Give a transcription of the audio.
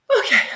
okay